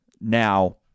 Now